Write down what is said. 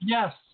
Yes